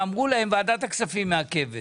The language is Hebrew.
אמרו להם: "ועדת הכספים מעכבת".